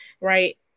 right